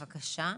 בבקשה.